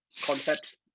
concept